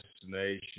destination